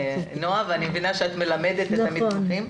נעה, אני מבינה שאת מלמדת את המתמחים.